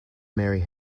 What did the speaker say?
marry